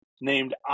named